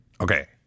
Okay